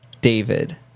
David